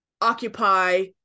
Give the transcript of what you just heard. occupy